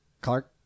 Clark